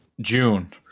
June